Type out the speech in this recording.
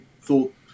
thought